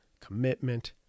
commitment